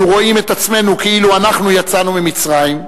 אנו רואים את עצמנו כאילו אנחנו יצאנו ממצרים,